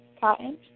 Cotton